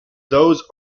those